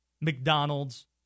McDonald's